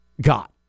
got